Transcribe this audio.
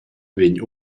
vegn